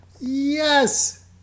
Yes